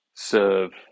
serve